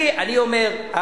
אני אומר,